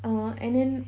uh and then